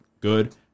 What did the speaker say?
good